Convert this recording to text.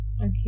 Okay